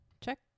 Check